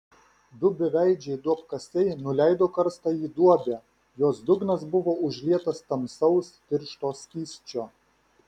du beveidžiai duobkasiai nuleido karstą į duobę jos dugnas buvo užlietas tamsaus tiršto skysčio